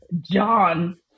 John